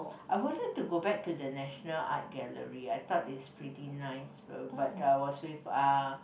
I wanted to go back to the National Art Gallery I thought it's pretty nice but but I was with uh